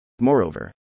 Moreover